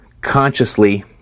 consciously